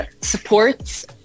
supports